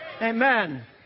Amen